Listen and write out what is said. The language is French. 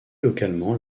localement